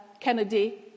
Kennedy